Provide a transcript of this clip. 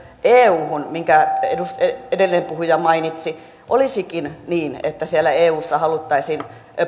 euhun minkä edellinen puhuja mainitsi olisikin niin että siellä eussa haluttaisiin